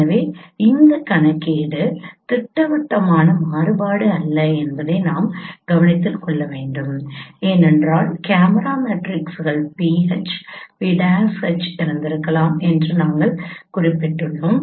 எனவே இந்த கணக்கீடு திட்டவட்டமான மாறுபாடு அல்ல என்பதை நாம் கவனத்தில் கொள்ள வேண்டும் ஏனென்றால் கேமரா மேட்ரிக்ஸ்கள் PH P'H இருந்திருக்கலாம் என்று நாங்கள் குறிப்பிட்டுள்ளோம்